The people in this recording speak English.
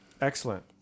Excellent